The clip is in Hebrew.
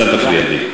אז אל תפריע לי.